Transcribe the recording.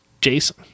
jason